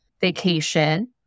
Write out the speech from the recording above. vacation